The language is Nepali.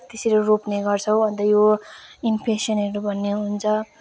त्यसरी रोप्ने गर्छौँ अन्त यो इम्प्रेसनहरू भन्ने हुन्छ